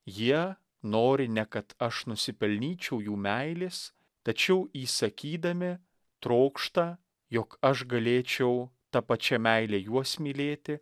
jie nori ne kad aš nusipelnyčiau jų meilės tačiau įsakydami trokšta jog aš galėčiau ta pačia meile juos mylėti